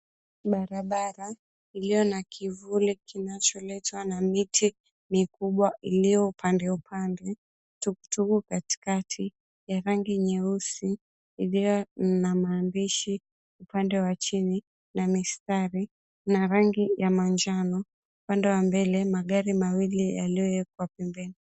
Barabara iliyo na kivuli kinacholetwa na miti iliyo upandeupande, tuktuk katika, ya rangi nyeusi iliyo na maandishi upande wa chini, na mistari, na rangi ya manjano . Upande wa mbele, magari mawili yaliyowekwa pembeni.